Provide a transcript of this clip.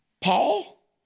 Paul